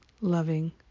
loving